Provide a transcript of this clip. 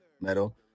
metal